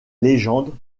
légende